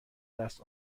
دست